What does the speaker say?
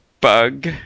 bug